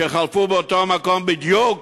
שחלפו באותו מקום בדיוק